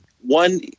one